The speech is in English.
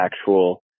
actual